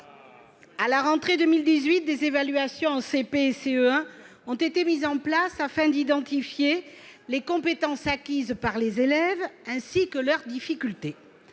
À la rentrée 2018, des évaluations en CP et CE1 ont été mises en place afin d'identifier les compétences acquises par les élèves, ainsi que leurs difficultés.